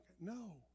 No